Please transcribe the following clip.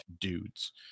dudes